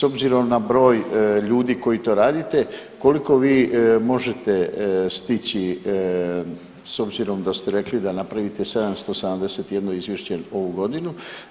i s obzirom na broj ljudi koji to radite koliko vi možete stići s obzirom da ste rekli da napravite 771 izvješće il ovu godinu.